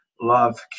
love